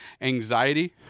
anxiety